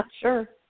Sure